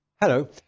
Hello